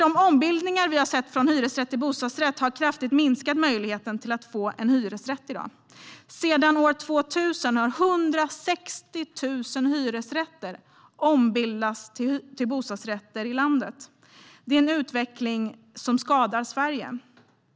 De ombildningar vi har sett från hyresrätt till bostadsrätt har kraftigt minskat möjligheterna att få en hyresrätt i dag. Sedan år 2000 har 160 000 hyresrätter runt om i landet ombildats till bostadsrätter. Det är en utveckling som skadar Sverige.